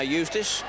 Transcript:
Eustace